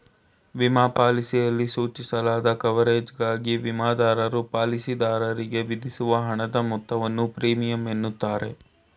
ವಿಮಾ ಪಾಲಿಸಿಯಲ್ಲಿ ಸೂಚಿಸಲಾದ ಕವರೇಜ್ಗಾಗಿ ವಿಮಾದಾರರು ಪಾಲಿಸಿದಾರರಿಗೆ ವಿಧಿಸುವ ಹಣದ ಮೊತ್ತವನ್ನು ಪ್ರೀಮಿಯಂ ಎನ್ನುತ್ತಾರೆ